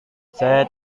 saya